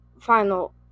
final